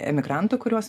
emigrantų kuriuos